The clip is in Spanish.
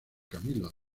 camilo